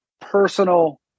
personal